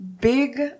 big